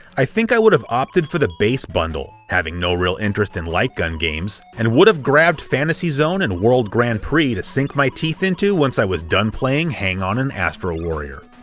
i think i would have opted for the base bundle, having no real interest in light gun games, and would have grabbed fantasy zone and world grand prix to sink my teeth into once i was done playing hang-on and astro warrior.